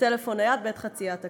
בטלפון נייד בעת חציית הכביש.